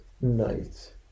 night